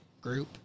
group